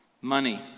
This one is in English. money